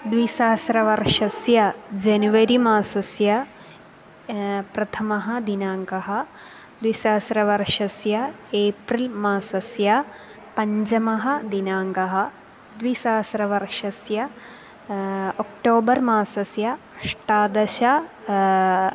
द्विसहस्रवर्षस्य जनवरि मासस्य प्रथमः दिनाङ्कः द्विसहस्रवर्षस्य एप्रिल् मासस्य पञ्चमः दिनाङ्कः द्विसहस्रवर्षस्य अक्टोबर् मासस्य अष्टादश